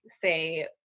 say